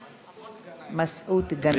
מסעוד גנאים.